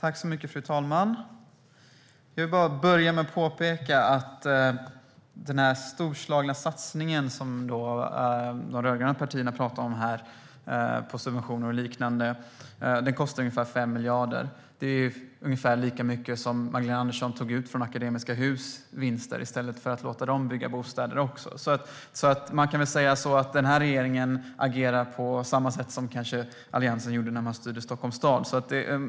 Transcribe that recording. Fru talman! Jag vill börja med att påpeka att den storslagna satsning, som de rödgröna partierna pratar om här på subventioner och liknande kostar ungefär 5 miljarder. Det är ungefär lika mycket som Magdalena Andersson tog ut från Akademiska Hus vinster i stället för att låta dem bygga bostäder också. Man kan väl säga att den här regeringen agerar på samma sätt som Alliansen gjorde när de styrde i Stockholms stad.